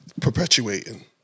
perpetuating